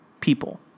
people